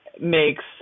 makes